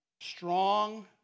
strong